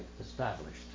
established